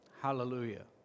Hallelujah